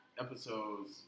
episodes